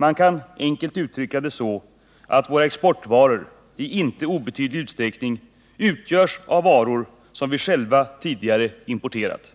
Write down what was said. Man kan enkelt uttrycka det så, att våra exportvaror i inte obetydlig utsträckning utgörs av varor som vi själva tidigare importerat.